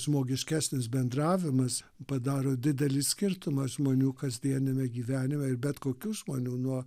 žmogiškesnis bendravimas padaro didelį skirtumą žmonių kasdieniame gyvenime ir bet kokių žmonių nuo